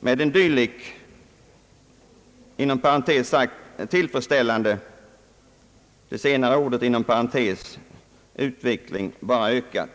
med en dylik »tillfredsställande» utveckling bara ökat.